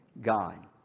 God